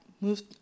moved